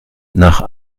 nach